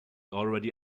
already